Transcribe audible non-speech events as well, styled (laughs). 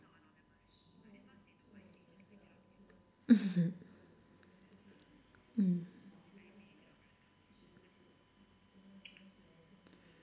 (laughs) mm